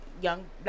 young